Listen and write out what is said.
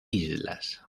islas